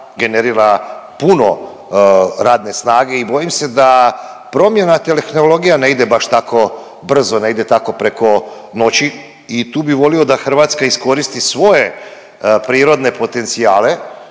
generira puno radne snage i bojim se da promjena tehnologija ne ide baš tako brzo, ne ide tako preko noći i tu bih volio da Hrvatska iskoristi svoje prirodne potencijale,